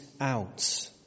out